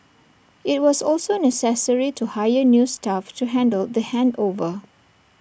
IT was also necessary to hire new staff to handle the handover